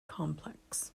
complex